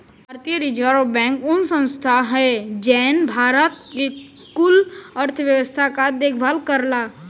भारतीय reserve bank उ संस्था हौ जौन भारत के कुल अर्थव्यवस्था के देखभाल करला